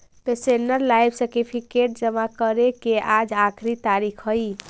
pensioner life certificate जमा करे के आज आखिरी तारीख हइ